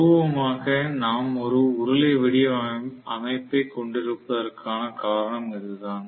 துருவமாக நாம் ஒரு உருளை வடிவ அமைப்பைக் கொண்டிருப்பதற்கான காரணம் இதுதான்